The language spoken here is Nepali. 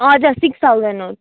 हजुर सिक्स थाउजन हो